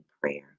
prayer